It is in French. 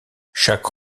chaque